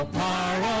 power